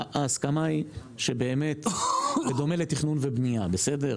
ההסכמה היא שבאמת, בדומה לתכנון ובנייה, בסדר?